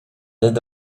dad